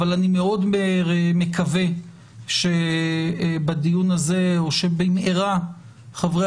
אבל אני מאוד מקווה שבדיון הזה או שבמהרה חברי